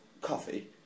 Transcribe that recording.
coffee